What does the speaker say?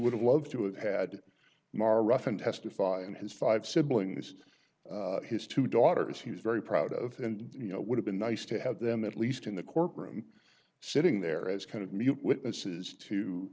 would have loved to have had more rough and testify in his five siblings his two daughters he was very proud of and you know would have been nice to have them at least in the courtroom sitting there as kind of mute witnesses to